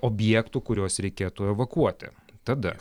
objektų kuriuos reikėtų evakuoti tada